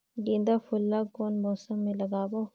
गेंदा फूल ल कौन मौसम मे लगाबो?